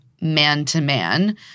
man-to-man